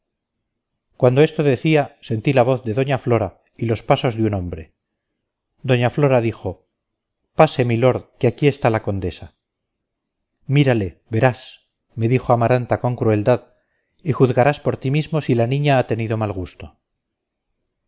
cuando esto decía sentí la voz de doña flora y los pasos de un hombre doña flora dijo pase usted milord que aquí está la condesa mírale verás me dijo amaranta con crueldad y juzgarás por ti mismo si la niña ha tenido mal gusto